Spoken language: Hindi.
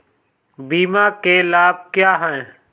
बीमा के लाभ क्या हैं?